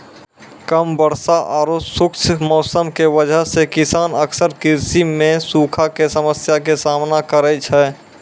कम वर्षा आरो खुश्क मौसम के वजह स किसान अक्सर कृषि मॅ सूखा के समस्या के सामना करै छै